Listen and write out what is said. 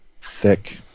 thick